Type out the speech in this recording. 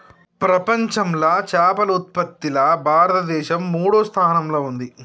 ప్రపంచంలా చేపల ఉత్పత్తిలా భారతదేశం మూడో స్థానంలా ఉంది